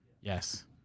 Yes